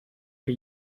que